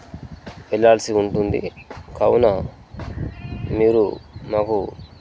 వెళ్ళాల్సి ఉంటుంది కావున మీరు మాకు